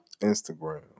Instagram